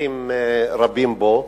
ופרטים רבים בו.